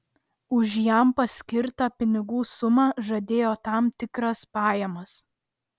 už jam paskirtą pinigų sumą žadėjo tam tikras pajamas